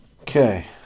Okay